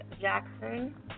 Jackson